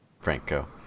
Franco